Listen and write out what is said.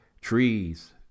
Trees